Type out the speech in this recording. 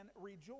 rejoice